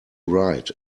right